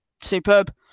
superb